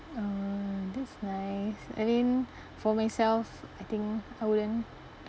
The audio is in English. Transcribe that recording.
oh that's nice I mean for myself I think I wouldn't